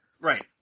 Right